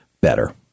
better